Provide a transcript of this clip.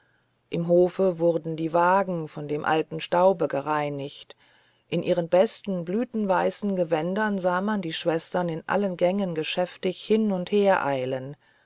im hofe wurden die wagen von dem alten staube gereinigt in ihren besten blütenweißen gewändern sah man die schwestern in allen gängen geschäftig hin und her eilen